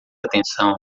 atenção